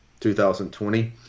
2020